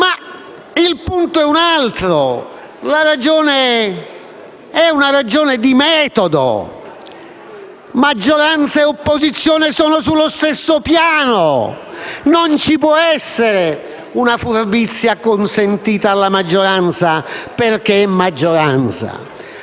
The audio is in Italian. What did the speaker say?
Ma il punto è un altro: la ragione è di metodo. Maggioranza e opposizione sono sullo stesso piano; non ci può essere una furbizia consentita alla maggioranza solo perché è maggioranza.